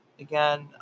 again